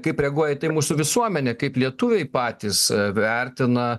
kaip reaguoja ir į tai mūsų visuomenė kaip lietuviai patys vertina